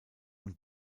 und